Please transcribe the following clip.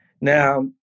now